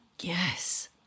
Yes